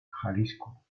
jalisco